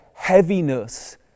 Heaviness